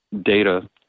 data